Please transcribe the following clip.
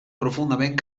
profundament